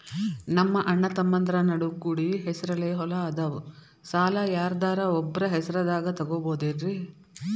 ನಮ್ಮಅಣ್ಣತಮ್ಮಂದ್ರ ನಡು ಕೂಡಿ ಹೆಸರಲೆ ಹೊಲಾ ಅದಾವು, ಸಾಲ ಯಾರ್ದರ ಒಬ್ಬರ ಹೆಸರದಾಗ ತಗೋಬೋದೇನ್ರಿ?